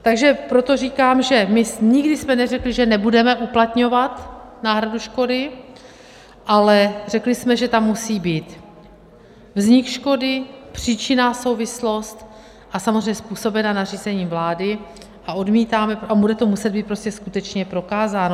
Takže proto říkám, že nikdy jsme neřekli, že nebudeme uplatňovat náhradu škody, ale řekli jsme, že tam musí být vznik škody, příčinná souvislost a samozřejmě způsobená nařízením vlády a bude to muset být prostě skutečně prokázáno.